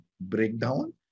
breakdown